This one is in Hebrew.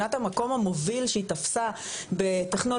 מבחינת המקום המוביל שהיא תפסה בטכנולוגיות,